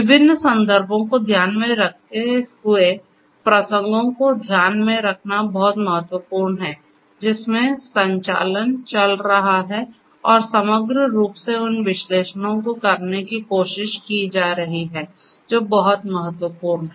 विभिन्न संदर्भों को ध्यान में रखते हुए प्रसंगों को ध्यान में रखना बहुत महत्वपूर्ण है जिसमें संचालन चल रहा है और समग्र रूप से उन विश्लेषणों को करने की कोशिश की जा रही है जो बहुत महत्वपूर्ण हैं